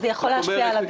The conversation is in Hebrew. זה יכול להשפיע על הדירוג?